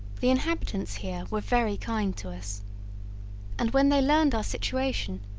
the inhabitants here were very kind to us and, when they learned our situation,